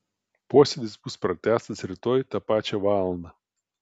posėdis bus pratęstas rytoj tą pačią valandą